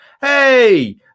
hey